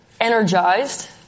energized